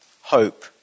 hope